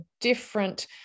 different